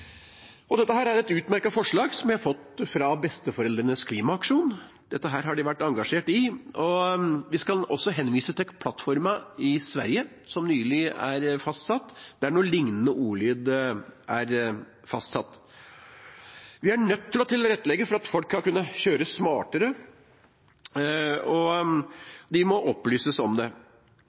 Dette er et utmerket forslag, som vi har fått fra Besteforeldrenes klimaaksjon. Dette har de vært engasjert i. Vi kan også henvise til plattformen i Sverige som nylig er fastsatt, der det er en noe lignende ordlyd. Vi er nødt til å tilrettelegge for at folk skal kunne kjøre smartere, og de må opplyses om det.